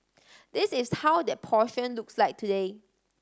this is how that looks like today